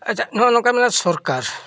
ᱟᱪᱪᱷᱟ ᱱᱚᱜᱼᱚᱸᱭ ᱱᱚᱝᱠᱟ ᱢᱟᱱᱮ ᱥᱚᱨᱠᱟᱨ